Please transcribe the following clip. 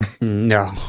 No